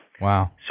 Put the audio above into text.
Wow